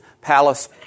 palace